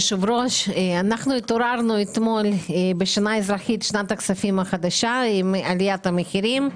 8.6%. אנחנו הזהרנו אז שתהיה עלייה נוספת